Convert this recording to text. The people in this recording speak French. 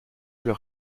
leurs